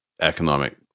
economic